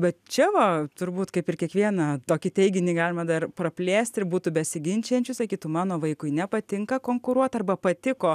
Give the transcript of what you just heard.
bet čia va turbūt kaip ir kiekvieną tokį teiginį galima dar praplėsti ir būtų besiginčijančių sakytų mano vaikui nepatinka konkuruot arba patiko